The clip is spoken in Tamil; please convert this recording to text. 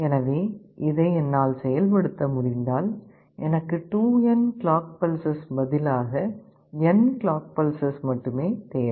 எனவே இதை என்னால் செயல்படுத்த முடிந்தால் எனக்கு 2n கிளாக் பல்ஸஸ் பதிலாக n கிளாக் பல்ஸஸ் மட்டுமே தேவை